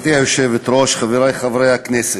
גברתי היושבת-ראש, חברי חברי הכנסת,